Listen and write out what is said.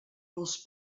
pels